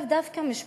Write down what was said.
לאו דווקא משפטית.